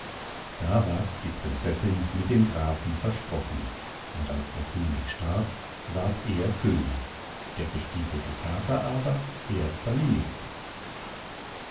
da ward die prinzessin mit dem grafen versprochen und als der könig starb ward er könig der gestiefelte kater aber erster minister